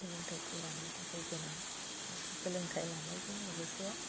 सोलोंथायखौ लानो थाखाय गोनां सोलोंथाय लानायजों लोगोसे